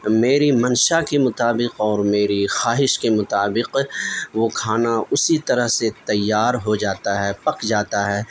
میری منشا کے مطابق اور میری خواہش کے مطابق وہ کھانا اسی طرح سے تیار ہوجاتا ہے پک جاتا ہے